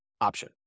option